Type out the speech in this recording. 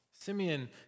Simeon